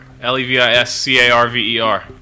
L-E-V-I-S-C-A-R-V-E-R